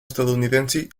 estadounidense